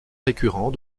récurrent